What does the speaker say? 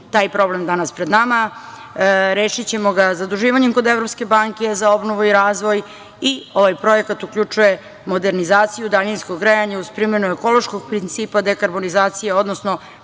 taj problem je danas pred nama. Rešićemo ga zaduživanjem kod Evropske banke za obnovu i razvoj i ovaj projekat uključuje modernizaciju daljinskog grejanja uz primenu ekološkog principa, dekarbonizacije, odnosno